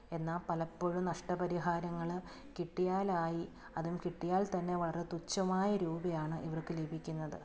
എന്നാൽ പലപ്പോഴും നഷ്ടപരിഹാരങ്ങൾ കിട്ടിയാലായി അതും കിട്ടിയാൽ തന്നെ വളരെ തുച്ഛമായ രൂപയാണ് ഇവർക്ക് ലഭിക്കുന്നത്